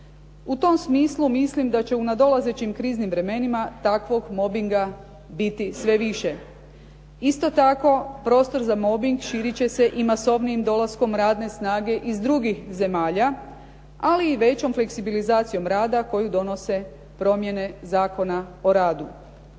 U tom smislu mislim da će u nadlazećim kriznim vremenima takvog mobinga biti sve više. Isto tako prostor za mobing širiti će se i masovnijim dolaskom radne snage iz drugih zemalja, ali i većom fleksibilizacijom rada koju donose promjene Zakona o radu.